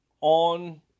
on